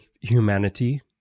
humanity